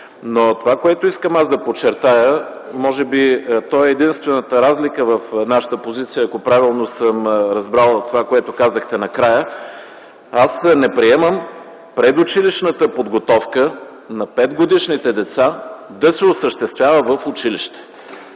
Това, което искам да подчертая, може би то е единствената разлика в нашата позиция, ако правилно съм разбрал това, което казахте накрая – аз не приемам предучилищната подготовка на петгодишните деца да се осъществява в училище.